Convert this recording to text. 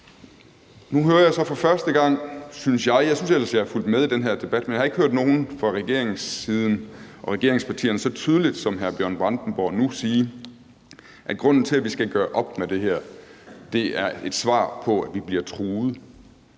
Nu hører jeg så for første gang, synes jeg – jeg synes ellers, at jeg har fulgt med i den her debat, men jeg har ikke hørt nogen fra regeringssiden og fra regeringspartierne sige det så tydeligt, som jeg nu hører hr. Bjørn Brandenborg sige det – at grunden til, at vi skal gøre op med det her, er, at vi skal komme med et svar på, at vi bliver truet,